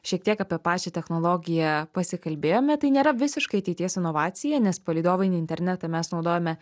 šiek tiek apie pačią technologiją pasikalbėjome tai nėra visiška ateities inovacija nes palydovinį internetą mes naudojame